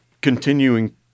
continuing